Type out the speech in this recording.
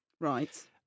Right